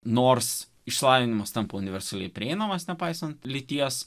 nors išsilavinimas tampa universaliai prieinamas nepaisant lyties